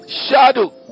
shadow